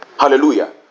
Hallelujah